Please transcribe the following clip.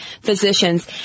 Physicians